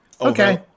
Okay